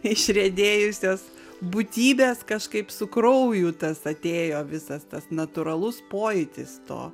išriedėjusios būtybės kažkaip su krauju tas atėjo visas tas natūralus pojūtis to